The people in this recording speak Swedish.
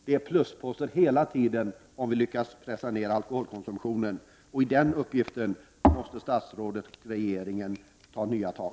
Det är hela tiden plusposter, om vi lyckas pressa ner alkoholkonsumtionen, och i den uppgiften måste statsrådet och regeringen ta nya tag.